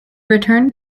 returned